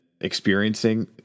experiencing